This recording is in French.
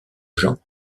jean